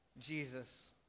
Jesus